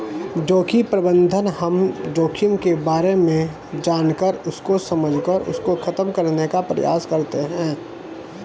जोखिम प्रबंधन हम जोखिम के बारे में जानकर उसको समझकर उसको खत्म करने का प्रयास करते हैं